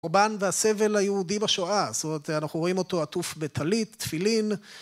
רובן והסבל היהודי בשואה, זאת אומרת אנחנו רואים אותו עטוף בטלית, תפילין